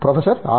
professor R